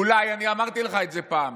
אולי, אני אמרתי לך את זה פעם,